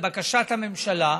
לבקשת הממשלה,